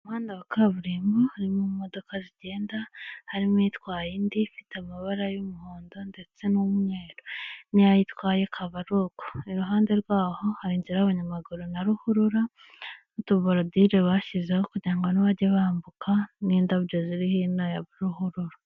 Umuhanda w'akaburimbo harimo imodoka zigenda, harimo itwaye indi ifite amabara y'umuhondo ndetse n'umweru n'iyo itwaye akaba ari uko, iruhande rwaho hari inzira y'abanyamaguru na ruhurura n'utuborodire bashyizeho kugira ngo bajye bambuka n'indabyo ziri hino ya ruhurura.